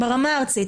ברמה הארצית.